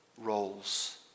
roles